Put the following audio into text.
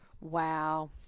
Wow